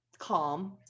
Calm